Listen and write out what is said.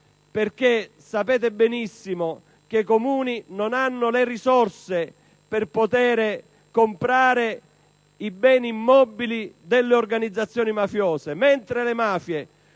ma sapete benissimo che i comuni non hanno le risorse per poter comprare i beni immobili delle organizzazioni mafiose, le quali